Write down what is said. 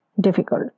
difficult